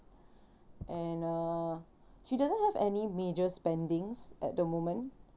and uh she doesn't have any major spendings at the moment